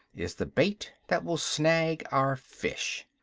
is the bait that will snag our fish.